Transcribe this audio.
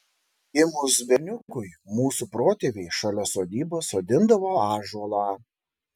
gimus berniukui mūsų protėviai šalia sodybos sodindavo ąžuolą